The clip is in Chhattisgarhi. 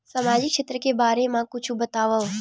सामाजिक क्षेत्र के बारे मा कुछु बतावव?